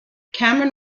cameron